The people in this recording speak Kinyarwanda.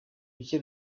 bike